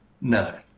No